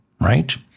right